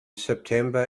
september